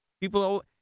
People